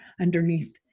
underneath